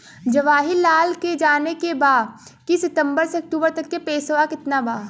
जवाहिर लाल के जाने के बा की सितंबर से अक्टूबर तक के पेसवा कितना बा?